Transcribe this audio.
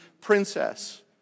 princess